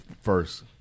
first